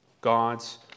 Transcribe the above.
God's